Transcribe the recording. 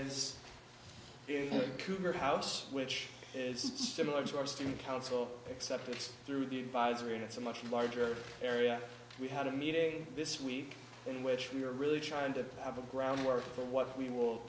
the couture house which is similar to our student council except it's through the advisory and it's a much larger area we had a meeting this week in which we're really trying to have a groundwork for what we will